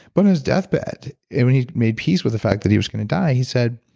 but on his deathbed, and he made peace with the fact that he was going to die. he said,